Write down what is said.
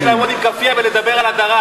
איך אתה לא מתבייש לעמוד עם כאפיה ולדבר על הדרה?